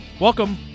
welcome